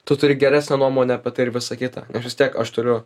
tu turi geresnę nuomonę apie tai ir visa kita aš vis tiek aš turiu